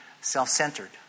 self-centered